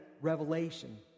Revelation